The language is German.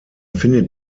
findet